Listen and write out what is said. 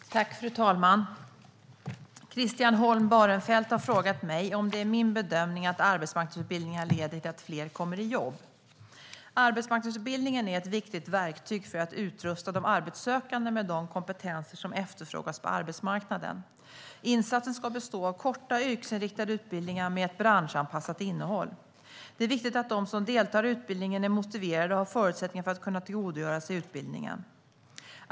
Svar på interpellationer Fru talman! Christian Holm Barenfeld har frågat mig om det är min bedömning att arbetsmarknadsutbildningarna leder till att fler kommer i jobb. Arbetsmarknadsutbildningen är ett viktigt verktyg för att utrusta de arbetssökande med de kompetenser som efterfrågas på arbetsmarknaden. Insatsen ska bestå av korta, yrkesinriktade utbildningar med ett branschanpassat innehåll. Det är viktigt att de som deltar i utbildningen är motiverade och har förutsättningar för att kunna tillgodogöra sig utbildningen.